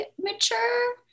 mature